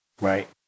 Right